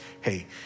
Hey